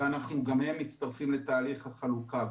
וגם הם מצטרפים לתהליך החלוקה.